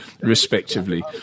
respectively